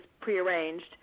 prearranged